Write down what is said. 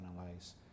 analyze